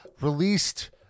released